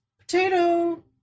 Potato